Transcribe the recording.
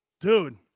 Dude